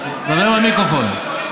דבר אל המיקרופון.